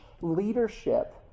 leadership